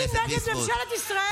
הרמתם אותן להפגין נגד ממשלת ישראל.